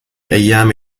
أيام